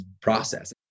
process